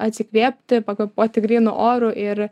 atsikvėpti pakvėpuoti grynu oru ir